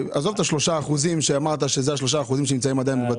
עזוב את ה-3% שאמרת שנמצאים עדיין בבתי